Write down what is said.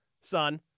son